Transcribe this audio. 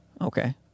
okay